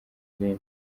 byinshi